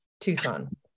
Tucson